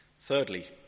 thirdly